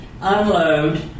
unload